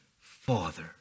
Father